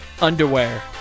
underwear